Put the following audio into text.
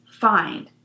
find